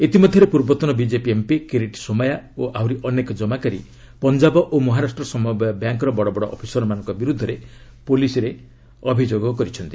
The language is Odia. ଇତିମଧ୍ୟରେ ପୂର୍ବତନ ବିଜେପି ଏମ୍ପି କିରିଟ୍ ସୋମାୟା ଓ ଆହୁରି ଅନେକ ଜମାକାରୀ ପଞ୍ଜାବ ଓ ମହାରାଷ୍ଟ୍ର ସମବାୟ ବ୍ୟାଙ୍କ୍ର ବଡ଼ବଡ଼ ଅଫିସରମାନଙ୍କ ବିରୁଦ୍ଧରେ ପୁଲିସ୍ରେ ଅଭିଯୋଗ କରିଛନ୍ତି